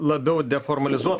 labiau deformalizuot